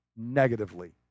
negatively